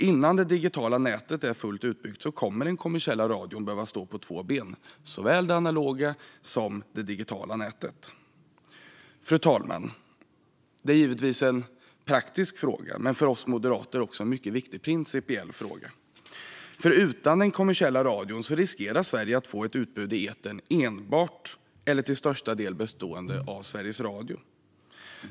Innan det digitala nätet är fullt utbyggt kommer den kommersiella radion att behöva stå på två ben, såväl det analoga som det digitala nätet. Fru talman! Det är givetvis en praktisk fråga. Men det är för oss moderater också en mycket viktig principiell fråga. Utan den kommersiella radion riskerar Sverige att få ett utbud i etern enbart eller till största del bestående av Sverige Radio.